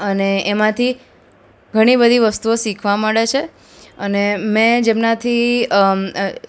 અને એમાંથી ઘણી બધી વસ્તુઓ શીખવા મળે છે અને મેં જેમનાથી